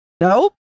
Nope